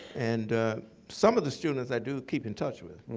and some of the students i do keep in touch with.